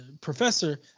professor